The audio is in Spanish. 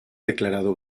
declarado